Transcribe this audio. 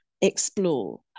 explore